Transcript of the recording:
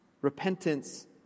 repentance